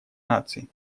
наций